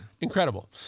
Incredible